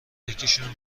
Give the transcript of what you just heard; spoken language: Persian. یکیشون